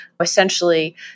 essentially